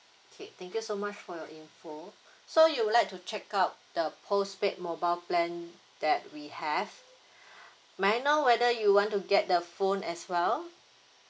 okay thank you so much for your info so you would like to check out the postpaid mobile plan that we have may I know whether you want to get the phone as well